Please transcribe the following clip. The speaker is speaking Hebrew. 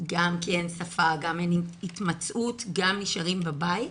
גם כי אין שפה, גם אין התמצאות, גם נשארים בבית.